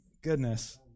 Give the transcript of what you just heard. Goodness